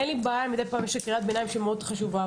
אין לי בעיה מדי פעם אם יש קריאת ביניים שמאוד חשובה,